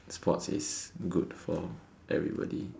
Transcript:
sports is good for everybody